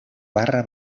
barra